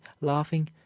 laughing